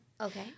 okay